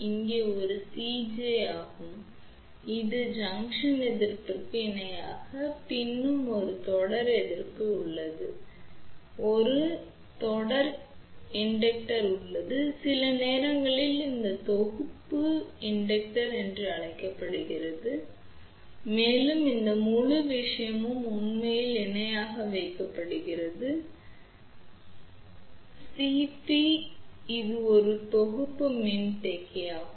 இது ஒரு சிஜே ஆகும்இது சந்தி எதிர்ப்பிற்கு இணையாக பின்னர் ஒரு தொடர் எதிர்ப்பு உள்ளது ஒரு தொடர் தூண்டல் உள்ளது சில நேரங்களில் இது தொகுப்பு தூண்டல் என்றும் அழைக்கப்படுகிறது மேலும் இந்த முழு விஷயமும் உண்மையில் இணையாக வைக்கப்படுகிறது சிப இது ஒரு தொகுப்பு மின்தேக்கி ஆகும்